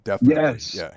Yes